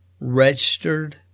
registered